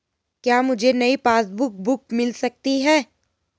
क्या मुझे नयी पासबुक बुक मिल सकती है?